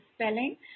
spelling